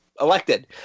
elected